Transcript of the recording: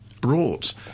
brought